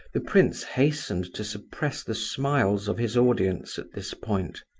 the prince hastened to suppress the smiles of his audience at this point.